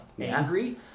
angry